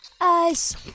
ice